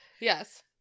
Yes